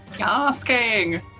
Asking